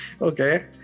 okay